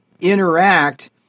interact